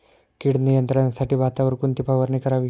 कीड नियंत्रणासाठी भातावर कोणती फवारणी करावी?